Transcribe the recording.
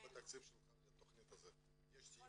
האם בתקציב שלך לתכנית הזאת יש סעיף כזה?